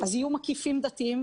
אז יהיו מקיפים דתיים,